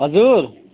हजुर